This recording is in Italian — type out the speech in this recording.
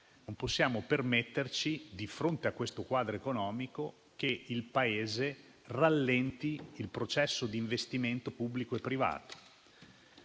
non possiamo permetterci, di fronte a questo quadro economico, che il Paese rallenti il processo di investimento pubblico e privato.